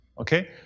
okay